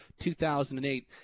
2008